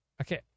Okay